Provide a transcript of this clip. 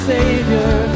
Savior